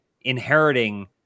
inheriting